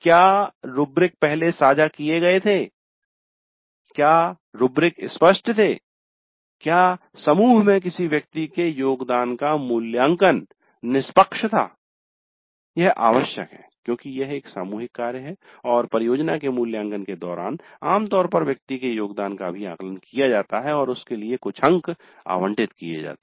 क्या रूब्रिक पहले साझा किए गए थे क्या रूब्रिक स्पष्ट थे क्या समूह में किसी व्यक्ति के योगदान का मूल्यांकन निष्पक्ष था यह आवश्यक है क्योंकि यह एक सामूहिक कार्य है और परियोजना के मूल्यांकन के दौरान आमतौर पर व्यक्ति के योगदान का भी आकलन किया जाता है और उसके लिए कुछ अंक आवंटित किए जाते हैं